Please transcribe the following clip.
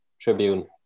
Tribune